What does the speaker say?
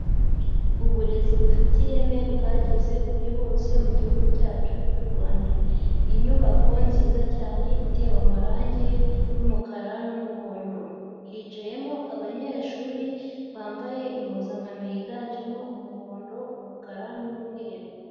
Uburezi bufite ireme bwageze kuri bose mu gihugu cyacu cy'u Rwanda, inyubako nziza cyane itewe amarange y'umukara n'umuhondo, hicayemo abanyeshuri bambaye impuzankano yiganjemo umuhondo, umukara n'umweru.